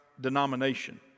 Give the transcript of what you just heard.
denomination